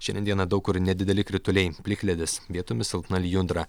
šiandien dieną daug kur nedideli krituliai plikledis vietomis silpna lijundra